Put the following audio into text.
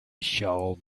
shall